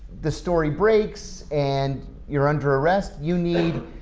the story breaks and you're under arrest, you need